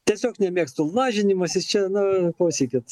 tiesiog nemėgstu lažinimasis čia nu klausykit